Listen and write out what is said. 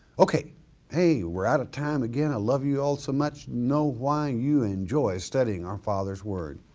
okay hey we're outta time again, i love you all so much. know why, you enjoy studying our father's word.